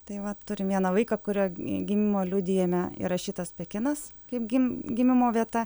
tai vat turim vieną vaiką kurio gimimo liudijime įrašytas pekinas kaip gim gimimo vieta